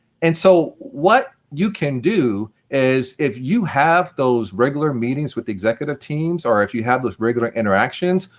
and so, what you can do is, if you have those regular meetings with executive teams, or if you have those regular interactions,